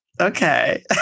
Okay